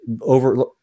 over